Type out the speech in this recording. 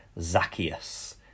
Zacchaeus